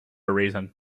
reason